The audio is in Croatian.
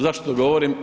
Zašto to govorim?